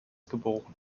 geboren